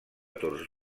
tots